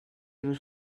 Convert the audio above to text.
your